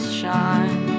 shine